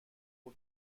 خرد